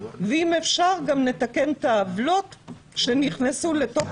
ואם אפשר גם נתקן את העוולות שנכנסו לתוך